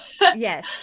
Yes